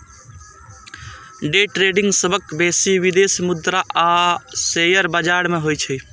day trading सबसं बेसी विदेशी मुद्रा आ शेयर बाजार मे होइ छै